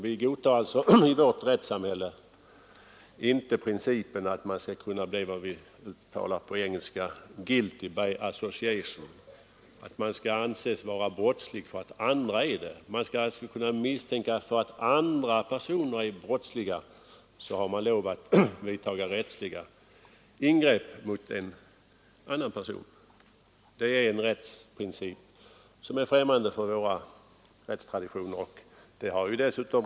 Vi godtar i dag i ett rättssamhälle inte principen att man skall kunna bli, som det heter på engelska, ”guilty by association”. Att man skall anses vara brottslig därför att andra personer antas vara brottsliga och att ingrepp skall kunna göras på den grunden, det är en princip som är främmande för våra rättstraditioner.